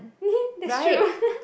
that's true